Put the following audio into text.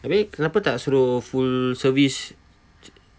habis kenapa tak suruh full service jer